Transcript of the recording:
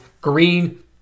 green